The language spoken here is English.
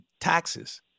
taxes